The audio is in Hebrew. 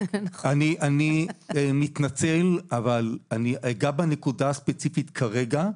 אני מתנצל, אבל אגע בנקודה הספציפית כרגע,